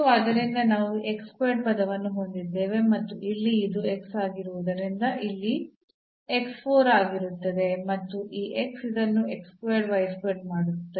ಆದ್ದರಿಂದ ನಾವು ಪದವನ್ನು ಹೊಂದಿದ್ದೇವೆ ಮತ್ತು ಇಲ್ಲಿ ಇದು ಆಗಿರುವುದರಿಂದ ಇಲ್ಲಿ x 4 ಇರುತ್ತದೆ ಮತ್ತು ಈ ಇದನ್ನು ಮಾಡುತ್ತದೆ